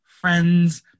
friends